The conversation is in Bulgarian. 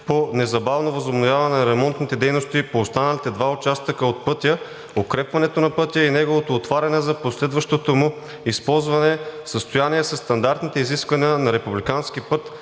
по незабавно възобновяване на ремонтните дейности по останалите два участъка от пътя, укрепването на пътя и неговото отваряне за последващото му използване в съответствие със стандартните изисквания на републикански път,